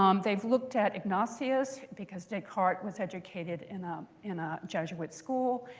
um they've looked at ignatius, because descartes was educated in ah in a jesuit school.